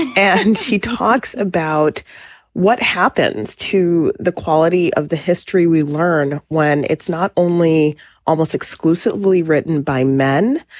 and he talks about what happens to the quality of the history we learn when it's not only almost exclusively written by men,